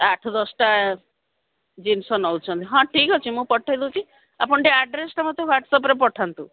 ଆଠ ଦଶଟା ଜିନିଷ ନଉଛନ୍ତି ହଁ ଠିକ୍ ଅଛି ମୁଁ ପଠେଇ ଦେଉଛି ଆପଣ ଟିକେ ଆଡ଼୍ରେସଟା ମୋତେ ହ୍ୱାଟ୍ସଆପ୍ରେ ପଠାନ୍ତୁ